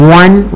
one